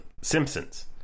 simpsons